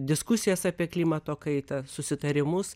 diskusijas apie klimato kaitą susitarimus